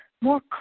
more